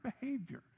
behavior